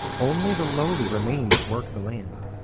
only the lowly remained to work the land.